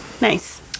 Nice